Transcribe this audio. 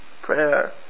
prayer